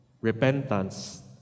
repentance